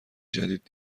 جدید